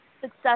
success